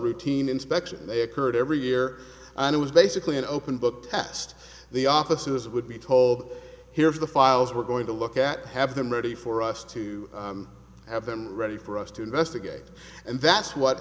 routine inspection they occurred every year and it was basically an open book test the officers would be told here's the files we're going to look at have them ready for us to have them ready for us to investigate and that's what